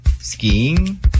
skiing